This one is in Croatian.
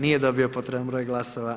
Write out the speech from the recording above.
Nije dobio potreban broj glasova.